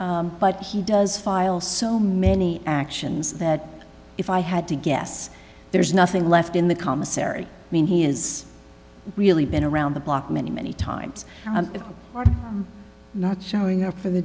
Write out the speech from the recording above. but he does file so many actions that if i had to guess there's nothing left in the commissary i mean he is really been around the block many many times not showing up for the